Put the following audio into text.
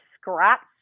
scraps